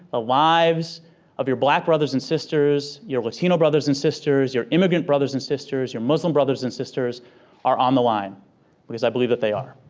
ah lives of your black brothers and sisters, your latino brothers and sisters, your immigrant brothers and sisters, your muslim brothers and sisters are on the line because i believe that they are.